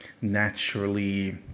naturally